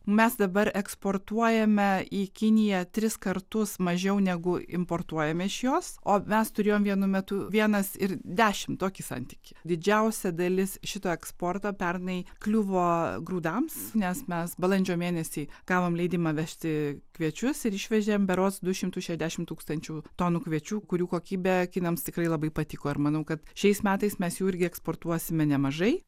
mes dabar eksportuojame į kiniją tris kartus mažiau negu importuojam iš jos o mes turėjom vienu metu vienas ir dešim tokį santykį didžiausia dalis šito eksporto pernai kliuvo grūdams nes mes balandžio mėnesį gavom leidimą vežti kviečius ir išvežėm berods du šimtus šešiasdešim tūkstančių tonų kviečių kurių kokybė kinams tikrai labai patiko ir manau kad šiais metais mes jų irgi eksportuosime nemažai